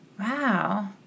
Wow